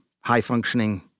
high-functioning